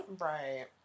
Right